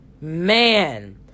man